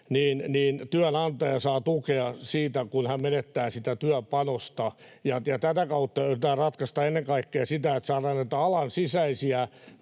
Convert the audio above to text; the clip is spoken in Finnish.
niin työnantaja saa tukea siitä, kun hän menettää sitä työpanosta. Tätä kautta yritetään ratkaista ennen kaikkea sitä, että saadaan näitä alan sisäisiä